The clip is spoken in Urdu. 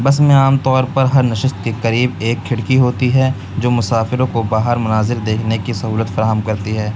بس میں عام طور پر ہر نشست کے قریب ایک کھڑکی ہوتی ہے جو مسافروں کو باہر مناظر دیکھنے کی سہولت فراہم کرتی ہے